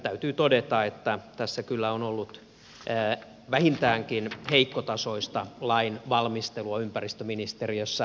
täytyy todeta että tässä kyllä on ollut vähintäänkin heikkotasoista lainvalmistelua ympäristöministeriössä